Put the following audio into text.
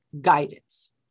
guidance